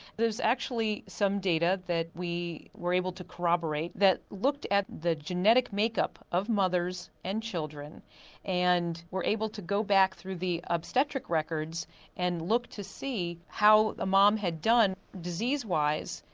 there's actually some data that we were able to corroborate that looked at the genetic make-up of mothers and children and were able to go back through the obstetric records and look to see how a mom had done disease-wise,